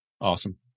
Awesome